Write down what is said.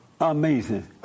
amazing